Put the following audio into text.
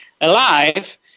alive